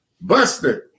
Busted